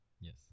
yes